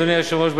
אדוני היושב-ראש,